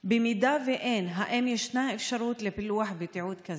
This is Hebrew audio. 3. אם אין, האם יש אפשרות לפילוח ותיעוד כזה?